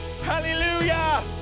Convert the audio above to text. hallelujah